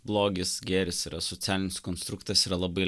blogis gėris yra socialinis konstruktas yra labai